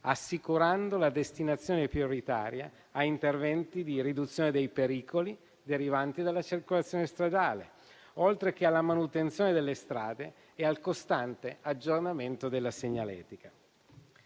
assicurando la destinazione prioritaria a interventi di riduzione dei pericoli derivanti dalla circolazione stradale, oltre che alla manutenzione delle strade e al costante aggiornamento della segnaletica.